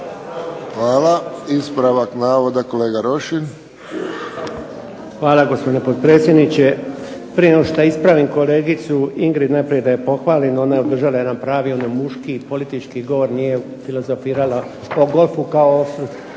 Hvala. Ispravak navoda kolega Rošin. **Rošin, Jerko (HDZ)** Hvala gospodine potpredsjedniče. Prije nego što ispravim kolegicu Ingrid, najprije da je pohvalim. Ona je održala jedan pravi muški politički govor, nije filozofirala o golfu, to